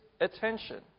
attention